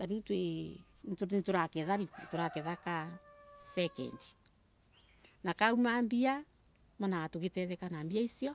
ta riu second ta riu Twi Ka second na kauma mbia monaga tugitetheka na mbia icio.